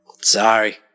Sorry